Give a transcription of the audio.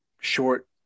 short